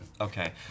Okay